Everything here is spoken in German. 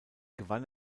gewann